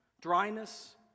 dryness